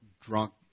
drunk